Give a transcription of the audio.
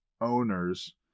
owners